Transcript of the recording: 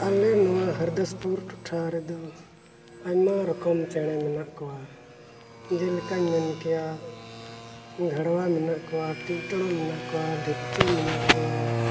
ᱟᱞᱮ ᱱᱚᱣᱟ ᱦᱚᱨᱤᱫᱟᱥᱯᱩᱨ ᱴᱚᱴᱷᱟ ᱨᱮᱫᱚ ᱟᱭᱢᱟ ᱨᱚᱠᱚᱢ ᱪᱮᱬᱮ ᱢᱮᱱᱟᱜ ᱠᱚᱣᱟ ᱡᱮᱞᱮᱠᱟᱧ ᱢᱮᱱ ᱠᱮᱭᱟ ᱜᱷᱟᱲᱣᱲᱟ ᱢᱮᱱᱟᱜ ᱠᱚᱣᱟ ᱴᱤᱜᱼᱴᱚᱲᱚᱜ ᱢᱮᱱᱟᱜ ᱠᱚᱣᱟ ᱰᱷᱤᱯᱪᱩᱭ ᱢᱮᱱᱟᱜ ᱠᱚᱣᱟ